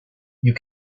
you